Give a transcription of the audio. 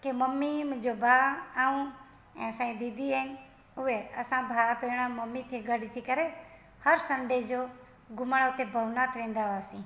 कि मम्मी मुंहिंजो भाउ ऐं ऐं असांजी दीदी आहिनि उहे असां भाउ भेण मम्मी थी गॾु थी करे हर संडे जो घुमणु उते भवनाथ वेंदा हुआसीं